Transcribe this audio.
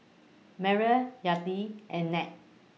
Myrle Yadiel and Ned